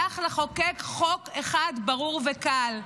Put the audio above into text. צריך לחוקק חוק אחד ברור וקל: